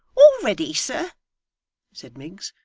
already, sir said miggs,